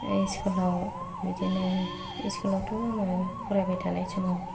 आङो स्कुलाव बिदिनो इस्कुलावथ' आङो फरायबाय थानाय समाव